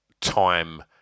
time